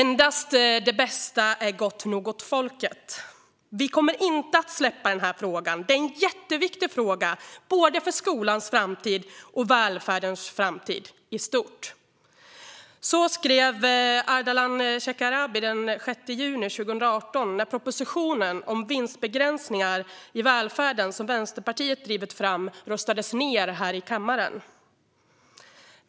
När den proposition om vinstbegränsningar som Vänsterpartiet drivit fram röstades ned här i kammaren uppgav Ardalan Shekarabi den 6 juni 2018: Endast det bästa är gott nog åt folket. Vi kommer inte att släppa denna fråga. Det är en jätteviktig fråga både för skolans framtid och för välfärdens framtid i stort.